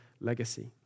legacy